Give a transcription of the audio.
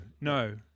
No